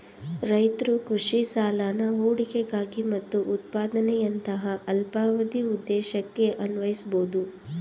ರೈತ್ರು ಕೃಷಿ ಸಾಲನ ಹೂಡಿಕೆಗಾಗಿ ಮತ್ತು ಉತ್ಪಾದನೆಯಂತಹ ಅಲ್ಪಾವಧಿ ಉದ್ದೇಶಕ್ಕೆ ಅನ್ವಯಿಸ್ಬೋದು